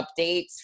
updates